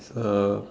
it's a